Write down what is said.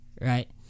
right